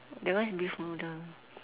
that one is beef noodle